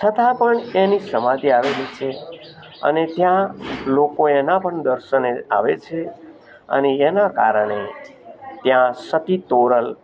છતાં પણ એની સમાધિ આવેલી છે અને ત્યાં લોકો એના પણ દર્શને આવે છે અને એનાં કારણે ત્યાં સતી તોરલ